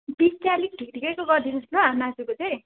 piece चाहिँ अलिक ठिक ठिकैको गरिदिनुहोस् ल मासुको चाहिँ